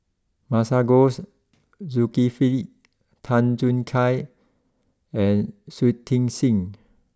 Masagos Zulkifli Tan Choo Kai and Shui Tit sing